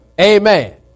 Amen